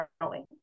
growing